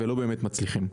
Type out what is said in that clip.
ולא באמת מצליחים.